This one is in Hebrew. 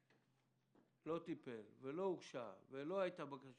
לא טיפל ולא הוגשה בקשה